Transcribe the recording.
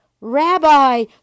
Rabbi